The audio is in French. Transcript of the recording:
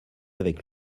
avec